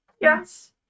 Yes